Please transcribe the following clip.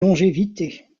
longévité